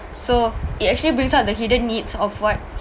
so it actually brings out the hidden needs of what